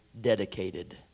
dedicated